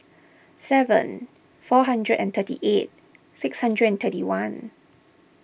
seven four hundred and thirty eight six hundred and thirty one